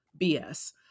BS